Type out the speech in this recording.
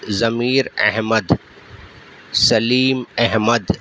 Zameer Ahmed Salim Ahmad